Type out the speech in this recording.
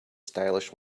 stylish